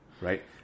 right